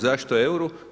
Zašto euru?